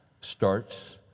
starts